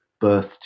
birth